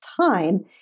time